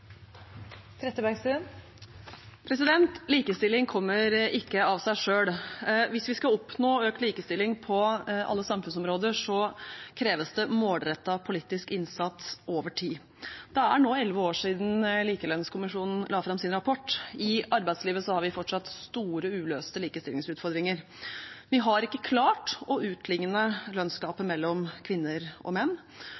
Likestilling kommer ikke av seg selv. Hvis vi skal oppnå økt likestilling på alle samfunnsområder, kreves det målrettet politisk innsats over tid. Det er nå elleve år siden Likelønnskommisjonen la fram sin rapport. I arbeidslivet har vi fortsatt store uløste likestillingsutfordringer. Vi har ikke klart å utligne lønnsgapet